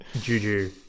Juju